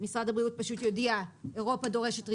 משרד הבריאות פשוט יודיע 'אירופה דורשת רישיון,